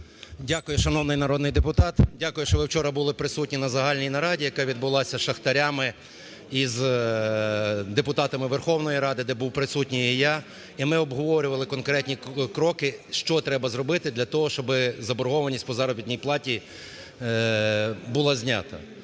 Дякую, шановний народний депутат. Дякую, що ви вчора були присутні на загальній нараді, яка відбулася з шахтарями із депутатами Верховної Ради, де був присутній і я, і ми обговорювали конкретні кроки: що треба для того, щоби заборгованість по заробітній платі була знята.